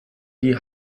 die